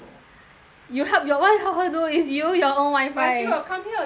you help your wifi help her do is you your own wifi but she got come here again [what]